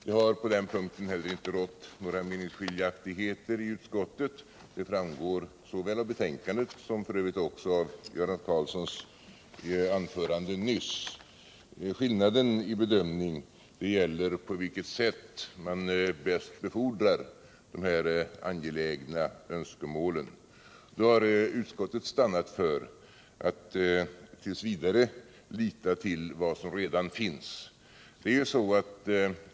Det har på den punkten heller inte rått några meningsskiljaktigheter i utskottet; detta framgår av såväl betänkandet som Göran Karlssons anförande nyss. Skillnaden i bedömningar gäller på vilket sätt man bäst befordrar de angelägna önskemålen. Nu har utskottet dock stannat för att tills vidare lita till vad som redan finns.